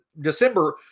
December